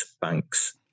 banks